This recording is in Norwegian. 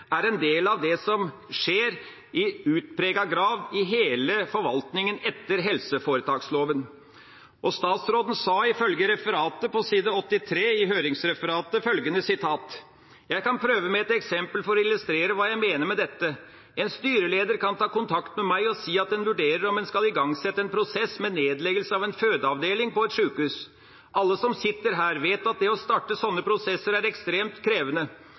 er en del av det som skjer i utpreget grad i hele forvaltninga etter helseforetaksloven. Statsråden sa følgende, ifølge høringsreferatet, side 83: «Jeg kan prøve med et eksempel for å illustrere hva jeg mener med dette: En styreleder kan ta kontakt med meg og si at en vurderer om en skal igangsette en prosess med nedleggelse av en fødeavdeling på et sykehus. Alle som sitter her, vet at det å starte sånne prosesser er ekstremt krevende.